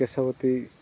ᱠᱮᱥᱚᱵᱚᱛᱤ